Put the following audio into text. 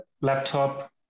laptop